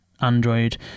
Android